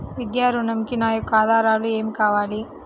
విద్యా ఋణంకి నా యొక్క ఆధారాలు ఏమి కావాలి?